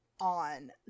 on